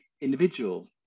individual